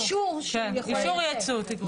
אישור שהוא יכול לייצא.